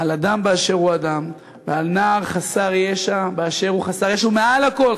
כל אדם באשר הוא אדם וכל נער חסר ישע באשר הוא חסר ישע,